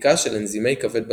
בדיקה של אנזימי כבד בדם.